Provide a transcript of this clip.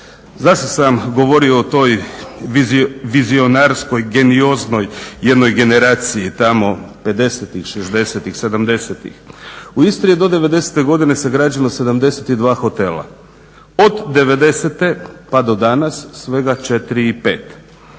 Zašto sam govorio o toj vizionarskoj genioznoj jednoj generaciji tamo 50., 60., 70. U Istri je do 90. godine sagrađeno 72 hotela. Od 90. pa do danas svega 4 i 5.